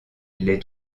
les